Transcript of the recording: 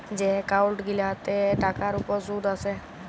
যে এক্কাউল্ট গিলাতে টাকার উপর সুদ আসে